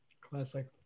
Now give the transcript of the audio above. Classic